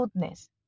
goodness